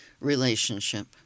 relationship